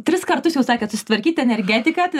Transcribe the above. tris kartus jau sakėt susitvarkyt energetiką tai